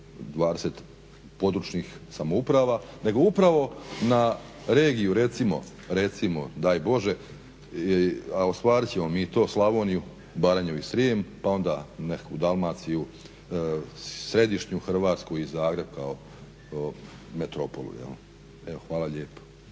20 područnih samouprava nego upravo na regiju recimo, daj Bože, a ostvarit ćemo mi to, Slavoniju, Baranju i Srijem pa onda nekakvu Dalmaciju, središnju Hrvatsku i Zagreb kao metropolu jel'. Evo, hvala lijepo.